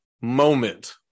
moment